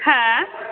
हा